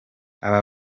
aba